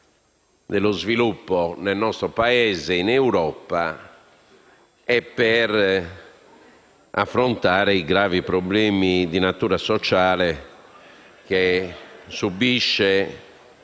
dello sviluppo del nostro Paese in Europa e per affrontare i gravi problemi di natura sociale che subisce